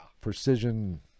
precision